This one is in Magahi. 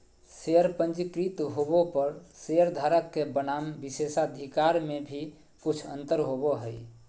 शेयर पंजीकृत होबो पर शेयरधारक के बनाम विशेषाधिकार में भी कुछ अंतर होबो हइ